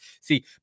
See